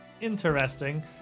interesting